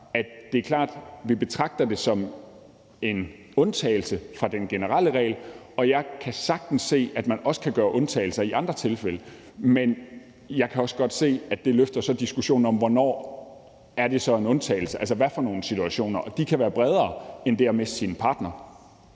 det er klart, at vi betragter det som en undtagelse fra den generelle regel, og jeg kan sagtens se, at man også kan gøre undtagelser i andre tilfælde, men jeg kan også godt se, at det så rejser diskussionen om, hvornår det så er en undtagelse – altså hvilke situationer? Og de kan være bredere end det at miste sin partner.